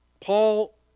Paul